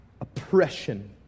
oppression